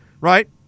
right